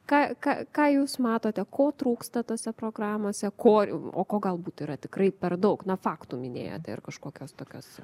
ką ką ką jūs matote ko trūksta tose programose ko o ko galbūt yra tikrai per daug na faktų minėjote ir kažkokios tokios